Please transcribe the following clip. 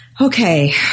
okay